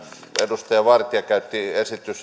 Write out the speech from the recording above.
edustaja vartia käytti